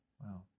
Wow